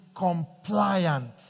compliant